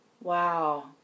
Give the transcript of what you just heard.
wow